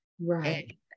Right